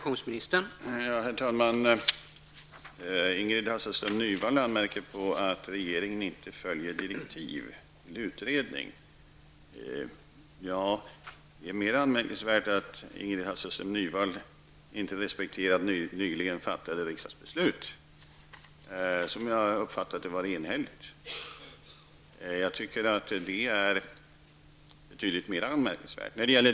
Herr talman! Ingrid Hasselström Nyvall anmärker på att regeringen inte följer direktiv till en utredning, Det är mer anmärkningsvärt att Ingrid Hasselström Nyvall inte respekterar ett nyligen fattat riksdagsbeslut, som jag uppfattade som enhälligt. Detta är betydligt mer anmärkningsvärt.